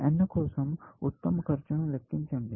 n కోసం ఉత్తమ ఖర్చును లెక్కించండి